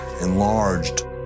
enlarged